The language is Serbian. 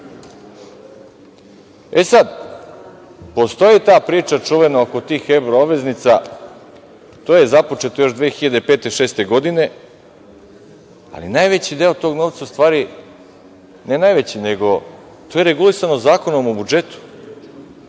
sad, postoji ta priča čuvena oko tih evro obveznica, to je započeto još 2005/2006. godine, ali najveći deo tog novca u stvari, ne najveći, nego to je regulisano Zakonom o budžetu.